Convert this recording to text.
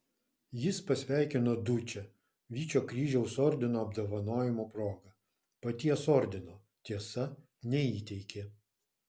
jis pasveikino dučę vyčio kryžiaus ordino apdovanojimo proga paties ordino tiesa neįteikė